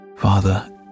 Father